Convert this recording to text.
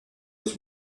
was